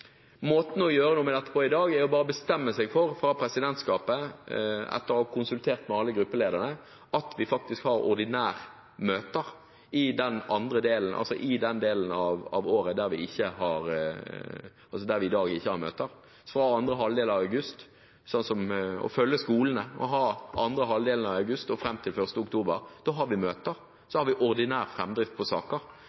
Måten å gjøre noe med dette på i dag er at presidentskapet bestemmer seg for, etter å ha konsultert med alle gruppelederne, at vi har ordinære møter i den delen av året der vi i dag ikke har møter, at vi følger skolene og bruker andre halvdelen av august og fram til 1. oktober. Da har vi møter,